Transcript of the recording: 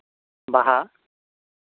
ᱵᱟᱦᱟ